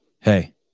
Hey